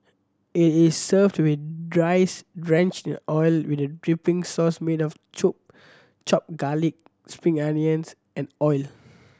it is served with rice drenched in oil with a dipping sauce made of chopped garlic spring onions and oil